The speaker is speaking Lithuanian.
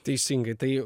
teisingai tai